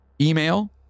email